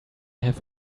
have